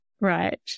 Right